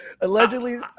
Allegedly